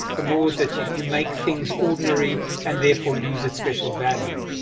the more that you you make things ordinary and therefore lose its special value.